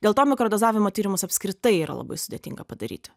dėl to mikrodozavimo tyrimus apskritai yra labai sudėtinga padaryti